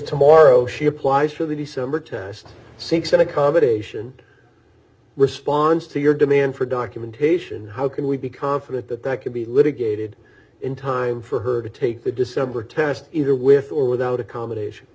to morrow she applies for the december test seeks an accommodation response to your demand for documentation how can we be confident that that can be litigated in time for her to take the december test either with or without accommodation